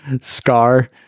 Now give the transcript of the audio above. Scar